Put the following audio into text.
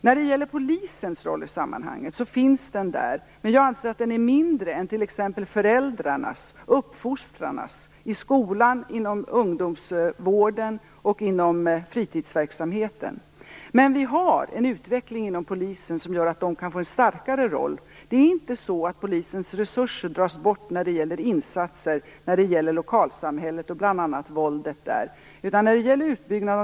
Polisen har en roll i sammanhanget, men jag anser att den är mindre än t.ex. föräldrarnas och uppfostrarnas, i skolan och inom ungdomsvården och fritidsverksamheten. Men vi har en utveckling inom Polisen som gör att man kan få en starkare roll. Polisens resurser dras inte bort när det gäller insatser mot bl.a. våldet i lokalsamhället.